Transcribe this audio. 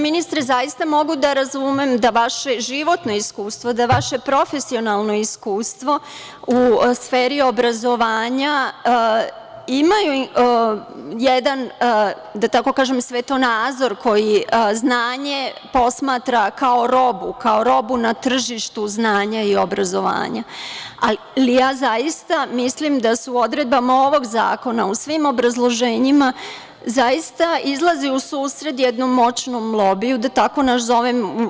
Ministre, zaista mogu da razumem da vaše životno iskustvo, da vaše profesionalno iskustvo u sferi obrazovanja ima jedan, da tako kažem, sveto nadzor koji znanje posmatra kao robu, kao robu na tržištu znanja i obrazovanja, ali zaista mislim da su odredbama ovog zakona u svim obrazloženjima zaista izlazile u susret moćnom lobiju, da tako nazovem.